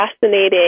fascinating